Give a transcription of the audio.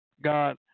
God